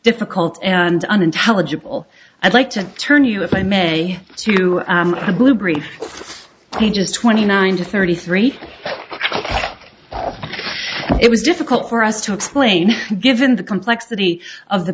difficult and unintelligible i'd like to turn you if i may to the blue brief pages twenty nine to thirty three it was difficult for us to explain given the complexity of the